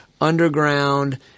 underground